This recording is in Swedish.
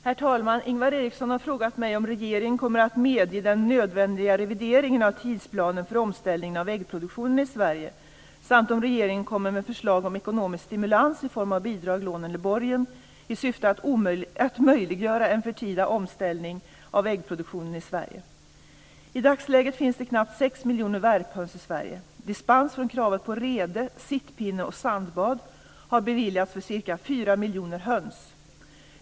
Herr talman! Ingvar Eriksson har frågat mig om regeringen kommer att medge den nödvändiga revideringen av tidsplanen för omställningen av äggproduktionen i Sverige, samt om regeringen kommer med förslag om ekonomisk stimulans i form av bidrag, lån eller borgen, i syfte att möjliggöra en förtida omställning av äggproduktionen i Sverige. I dagsläget finns det knappt 6 miljoner värphöns i Sverige. Dispens från kravet på rede, sittpinne och sandbad har beviljats för ca 4 miljoner höns.